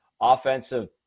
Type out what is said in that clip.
offensive